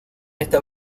esta